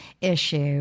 issue